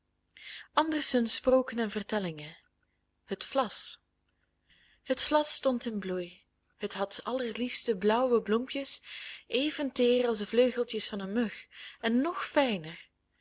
gebracht het vlas het vlas stond in bloei het had allerliefste blauwe bloempjes even teer als de vleugeltjes van een mug en nog fijner